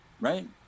Right